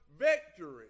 victory